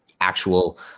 actual